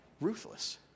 Ruthless